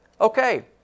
okay